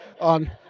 on